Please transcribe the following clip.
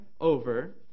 over